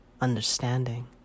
understanding